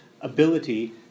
ability